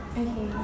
okay